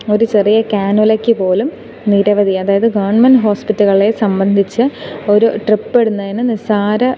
ഒരു ചെറിയ കാനുലക്ക് പോലും നിരവധി അതായത് ഗവൺമെൻ്റ് ഹോസ്പിറ്റലുകളെ സംബന്ധിച്ച് ഒരു ട്രിപ്പിടുന്നതിന് നിസ്സാര